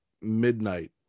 midnight